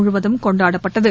முழுவதும் கொண்டாடப்பட்டது